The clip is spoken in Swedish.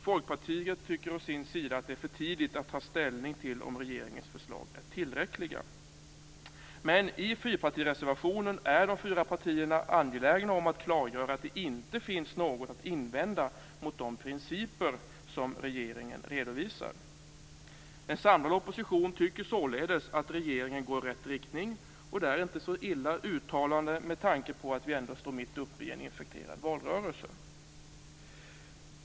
Folkpartiet tycker å sin sida att det är för tidigt att ta ställning till om regeringens förslag är tillräckliga. Men i fyrpartireservationen är de fyra partierna angelägna om att klargöra att det inte finns något att invända mot de principer som regeringen redovisar. En samlad opposition tycker således att regeringen går i rätt riktning. Det är inget dåligt uttalande med tanke på att vi ändå står mitt uppe i en infekterad valrörelse.